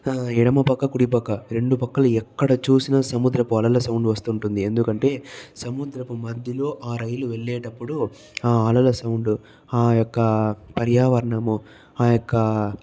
ఎడమ పక్క కుడిపక్క రెండు పక్కల ఎక్కడ చూసినా సముద్రపు అలల సౌండ్ వస్తుంటుంది ఎందుకంటే సముద్రపు మధ్యలో ఆ రైలు వెళ్ళేటప్పుడు ఆ అలల సౌండ్ ఆ యొక్క పర్యావరణము ఆ యొక్క